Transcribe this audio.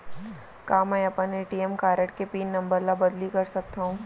का मैं अपन ए.टी.एम कारड के पिन नम्बर ल बदली कर सकथव?